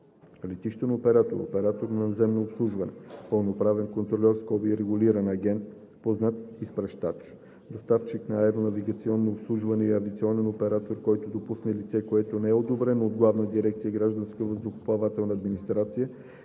летищен оператор, оператор по наземно обслужване, пълноправен контрольор (регулиран агент), познат изпращач, доставчик на аеронавигационно обслужване и авиационен оператор, който допусне лице, което не е одобрено от Главна дирекция „Гражданска въздухоплавателна администрация“